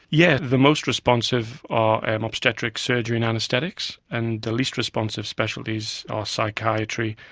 yes, the most responsive are and obstetrics, surgery and anaesthetics, and the list responsive specialties are psychiatry,